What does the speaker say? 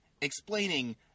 explaining